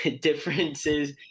differences